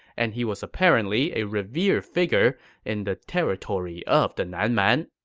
and he was apparently a revered figure in the territory of the nan man